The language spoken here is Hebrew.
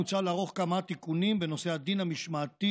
מוצע לערוך כמה תיקונים בנושא הדין המשמעתי